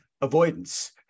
avoidance